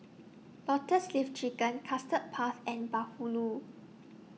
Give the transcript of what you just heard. Lotus Leaf Chicken Custard Puff and Bahulu